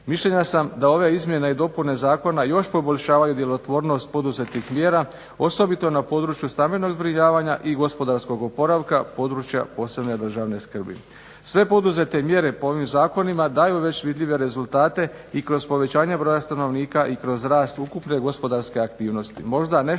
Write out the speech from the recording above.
Mišljenja sam da ove izmjene i dopune zakona još poboljšavaju djelotvornost poduzetih mjera, osobito na području stambenog zbrinjavanja i gospodarskog oporavka područja posebne državne skrbi. Sve poduzete mjere po ovim zakonima daju već vidljive rezultate i kroz povećanje broja stanovnika i kroz rast ukupne gospodarske aktivnosti.